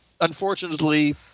Unfortunately